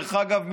דרך אגב,